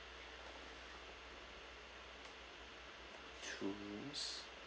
two rooms